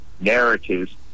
narratives